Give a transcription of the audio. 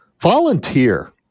volunteer